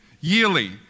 yearly